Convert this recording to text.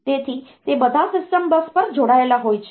તેથી તે બધા સિસ્ટમ બસ પર જોડાયેલા હોય છે